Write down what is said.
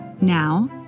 Now